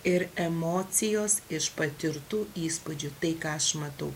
ir emocijos iš patirtų įspūdžių tai ką aš matau